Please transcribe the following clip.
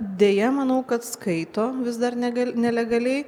deja manau kad skaito vis dar negal nelegaliai